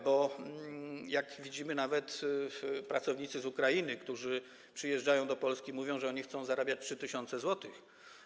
Bo jak widzimy, nawet pracownicy z Ukrainy, którzy przyjeżdżają do Polski, mówią, że chcą zarabiać 3 tys. zł.